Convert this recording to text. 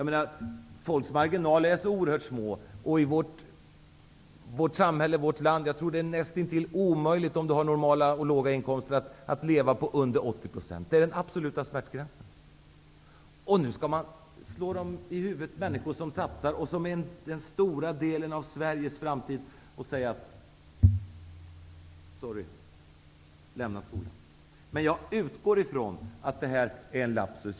Människors marginaler är ju oerhört små. Jag tror att det i vårt land är näst intill omöjligt för dem som har normala eller låga inkomster att leva på mindre än 80 % av lönen. Det är absolut smärtgränsen. Nu skall människor som satsar slås i huvudet. Men de här människorna utgör en stor del av Sveriges framtid. Ändå säger man: Sorry, lämna skolan! Jag utgår, som sagt, från att detta är en lapsus.